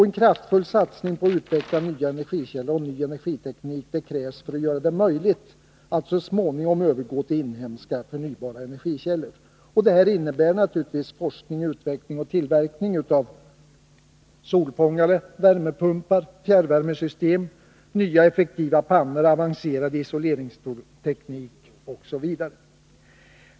En kraftfull satsning på utveckling av nya energikällor och ny energiteknik krävs för att det skall bli möjligt att så småningom övergå till inhemska, förnybara energikällor. Detta innebär naturligtvis forskning, utveckling och tillverkning av solfångare, värmepumpar, fjärrvärmesystem, nya effektiva pannor, avancerad isoleringsteknik m.m.